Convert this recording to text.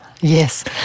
Yes